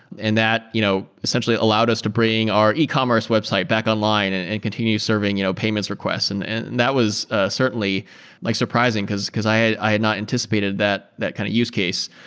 and that you know essentially allowed us to bring our ecommerce website back online and and continue serving you know payments requests. and and and that was ah certainly like surprising, because because i had not anticipated that that kind of use case.